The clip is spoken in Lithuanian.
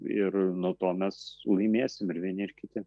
ir nuo to mes laimėsim ir vieni ir kiti